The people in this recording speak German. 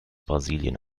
brasilien